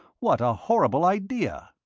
what a horrible idea.